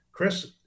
Chris